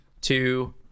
two